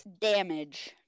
Damage